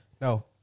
No